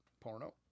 porno